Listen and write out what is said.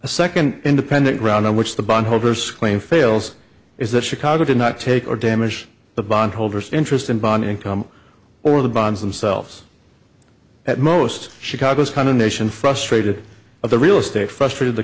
a second independent round in which the bondholders claim fails is that chicago did not take or damage the bond holders interest in bond income or the bonds themselves at most chicago's condemnation frustrated of the real estate frustrated the